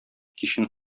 кичен